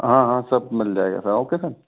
हाँ हाँ सब मिल जाएगा स ओके सर